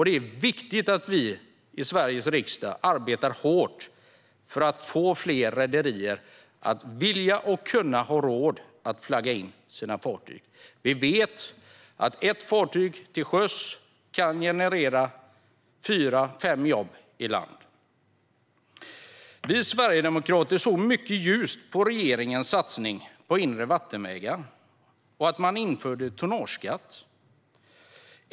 Det är viktigt att vi i Sveriges riksdag arbetar hårt för att få fler rederier att vilja och kunna ha råd att flagga in sina fartyg, för vi vet att ett fartyg till sjöss kan generera fyra fem jobb i landet. Vi sverigedemokrater såg mycket ljust på regeringens satsningar på inre vattenvägar och att man införde tonnageskatt.